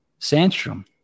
Sandstrom